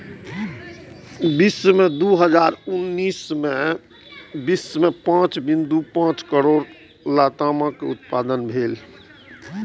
वर्ष दू हजार उन्नैस मे विश्व मे पांच बिंदु पांच करोड़ लतामक उत्पादन भेल रहै